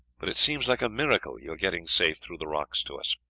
but it seems like a miracle your getting safe through the rocks to us.